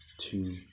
two